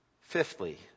Fifthly